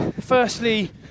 firstly